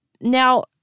Now